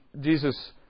Jesus